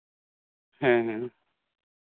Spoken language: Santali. ᱦᱮᱸ